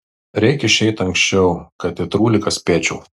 reik išeit anksčiau kad į trūliką spėčiau